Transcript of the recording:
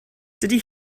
dydy